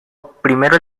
primero